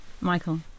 Michael